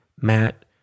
Matt